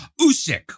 Usyk